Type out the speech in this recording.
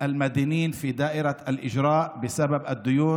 בערב הזה,